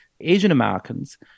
Asian-Americans